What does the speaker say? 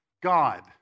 God